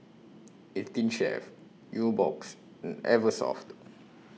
eighteen Chef Nubox and Eversoft